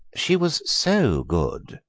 she was so good,